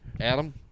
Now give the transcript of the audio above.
Adam